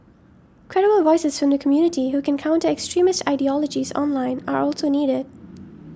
credible voices from the community who can counter extremist ideologies online are also needed